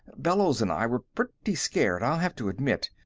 bellows and i were pretty scared, i'll have to admit.